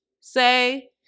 say